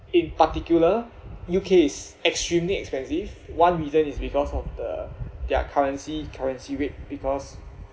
in particular U_K is extremely expensive one reason is because of the their currency currency rate because